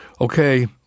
Okay